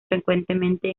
frecuentemente